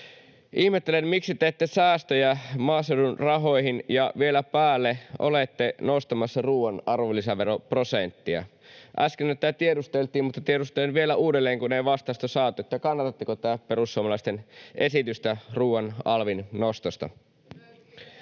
Ihmettelen, miksi teette säästöjä maaseudun rahoihin ja vielä päälle olette nostamassa ruuan arvonlisäveroprosenttia. Äsken tätä tiedusteltiin, mutta tiedustelen vielä uudelleen, kun ei vastausta saatu: kannatatteko tätä perussuomalaisten esitystä ruuan alvin nostosta?